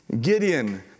Gideon